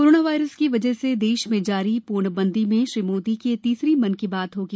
corona virus की वजह से देश में जारी पूर्णबंदी में श्री मोदी की यह तीसरी मन की बात होगी